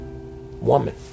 woman